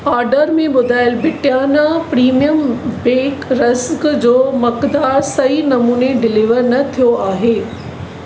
order में ॿुधायलु Britannia premium bake rusk जो मकदारु सही नमूने डिलीवर न थियो आहे